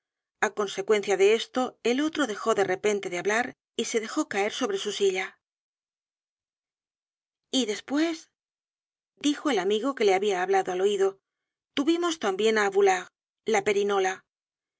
á consecuencia de esto el otro dejó de repente de hablar y se dejó caer sobre su silla y después dijo el amigo que le había hablado al oído tuvimos también á boulard la perinola